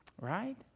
Right